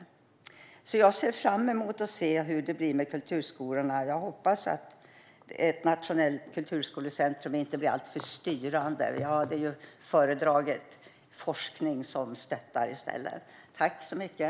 Jag ser fram emot att se hur det blir med kulturskolorna. Jag hoppas att ett nationellt kulturskolecentrum inte blir alltför styrande. Jag hade föredragit forskning som stöttar i stället.